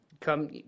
come